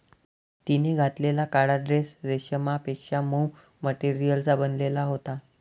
तिने घातलेला काळा ड्रेस रेशमापेक्षा मऊ मटेरियलचा बनलेला होता